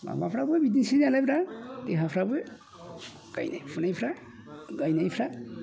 माबाफ्राबो बिदिसै नालायब्रा देहाफ्राबो गायनाय फुनायफ्रा गायनायफ्रा